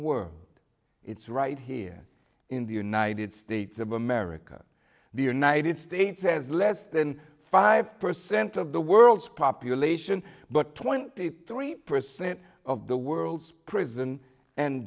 world it's right here in the united states of america the united states has less than five percent of the world's population but twenty three percent of the world's prison and